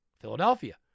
Philadelphia